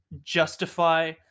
justify